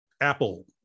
Apple